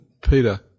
Peter